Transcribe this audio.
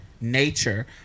nature